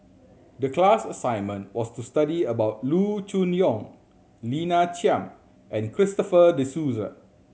the class assignment was to study about Loo Choon Yong Lina Chiam and Christopher De Souza